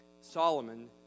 Solomon